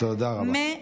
תודה רבה.